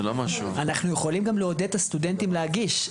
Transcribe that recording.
זה לא משהו --- אנחנו יכולים לעודד את הסטודנטים להגיש,